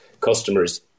customers